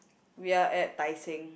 we are at Tai Seng